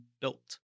built